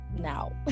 now